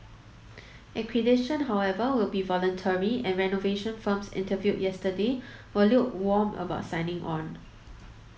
accreditation however will be voluntary and renovation firms interviewed yesterday were lukewarm about signing on